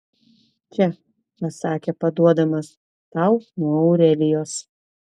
čia pasakė paduodamas tau nuo aurelijos